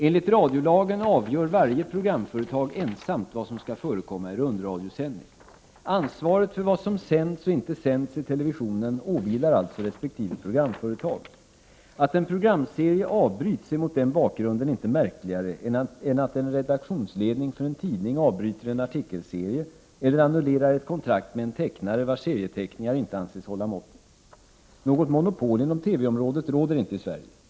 Enligt radiolagen avgör varje programföretag ensamt vad som skall förekomma i rundradiosändning. Ansvaret för vad som sänds och inte sänds i televisionen åvilar alltså resp. programföretag. Att en programserie avbryts är mot denna bakgrund inte märkligare än att en redaktionsledning för en tidning avbryter en artikelserie eller annullerar ett kontrakt med en tecknare, vars serieteckningar inte anses hålla måttet. Något monopol inom TV-området råder inte i Sverige.